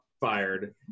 fired